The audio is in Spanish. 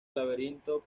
laberinto